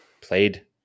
Played